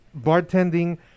bartending